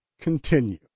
continue